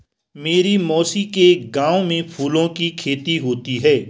मेरी मौसी के गांव में फूलों की खेती होती है